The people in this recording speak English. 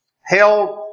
Held